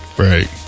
Right